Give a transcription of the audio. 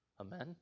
Amen